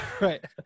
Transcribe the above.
right